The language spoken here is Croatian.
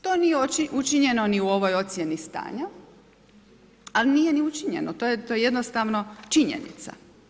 To nije učinjeno ni u ovoj ocjeni stanja, a nije ni učinjeno to je jednostavno činjenica.